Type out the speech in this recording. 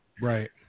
Right